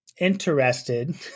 interested